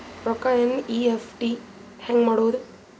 ರೊಕ್ಕ ಎನ್.ಇ.ಎಫ್.ಟಿ ಹ್ಯಾಂಗ್ ಮಾಡುವುದು?